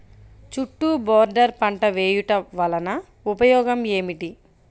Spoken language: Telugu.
చుట్టూ బోర్డర్ పంట వేయుట వలన ఉపయోగం ఏమిటి?